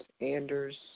Anders